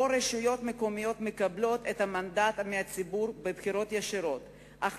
שבו רשויות מקומיות מקבלות את המנדט מהציבור בבחירות ישירות אך